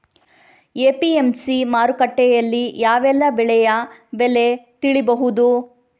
APMC ಮಾರುಕಟ್ಟೆಯಲ್ಲಿ ಯಾವೆಲ್ಲಾ ಬೆಳೆಯ ಬೆಲೆ ತಿಳಿಬಹುದು?